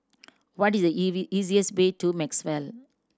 what is the easiest way to Maxwell